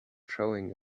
showing